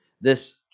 this